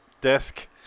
desk